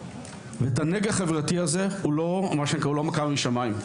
והנגע החברתי הזה הוא לא מכה משמיים,